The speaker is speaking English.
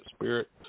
spirit